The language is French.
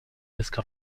risque